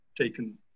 taken